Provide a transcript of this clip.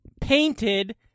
painted